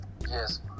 Yes